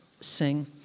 sing